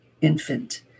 infant